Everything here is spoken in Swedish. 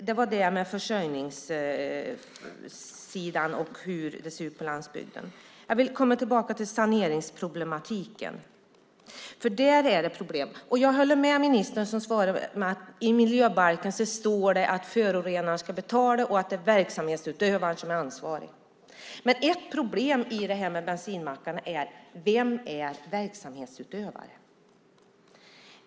Det var detta om försörjningssidan och hur det ser på landsbygden. Jag vill återgå till saneringsproblematiken. Jag håller med ministern, som svarade att i miljöbalken står det att förorenaren ska betala och att det är verksamhetsutövaren som är ansvarig. Men ett problem med bensinmackarna är vem som är verksamhetsutövare.